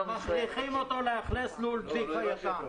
מכריחים אותו לאכלס לול ישן.